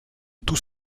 tout